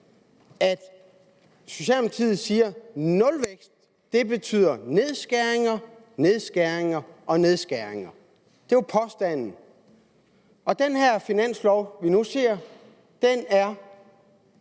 at Socialdemokratiet siger, at nulvækst betyder nedskæringer, nedskæringer og nedskæringer. Det er jo påstanden. Den finanslov, vi nu ser, er